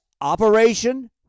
Operation